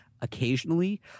occasionally